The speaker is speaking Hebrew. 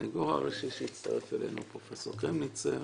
לסניגור הראשי פרופסור קרמניצר,